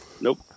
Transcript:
Nope